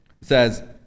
says